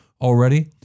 already